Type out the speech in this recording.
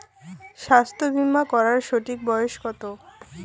স্বাস্থ্য বীমা করার সঠিক বয়স কত?